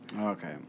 Okay